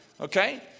Okay